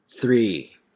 three